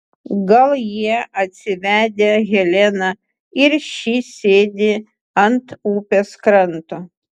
gal jie atsivedę heleną ir ši sėdi ant upės kranto